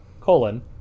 colon